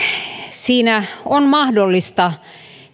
siinä on mahdollista